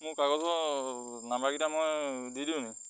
মোৰ কাগজৰ নাম্বাৰগিটা মই দি দিওঁনি